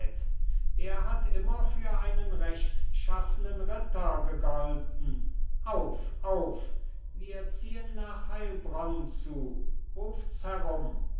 er hat immer für einen rechtschaffnen ritter gegolten auf auf wir ziehen nach heilbronn zu ruft's herum